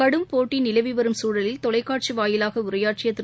கடும்போட்டி நிலவிவரும் குழலில் தொலைக்காட்சி வாயிலாக உரையாற்றிய திரு